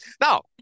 Now